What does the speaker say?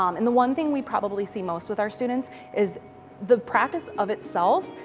um and the one thing we probably see most with our students is the practice of itself,